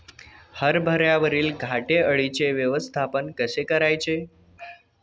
हरभऱ्यावरील घाटे अळीचे व्यवस्थापन कसे करायचे?